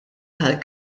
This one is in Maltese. tal